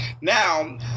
now